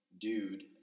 dude